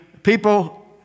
People